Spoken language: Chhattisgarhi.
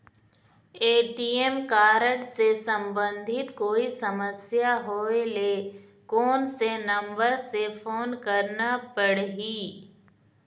ए.टी.एम कारड से संबंधित कोई समस्या होय ले, कोन से नंबर से फोन करना पढ़ही?